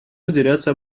уделяться